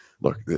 look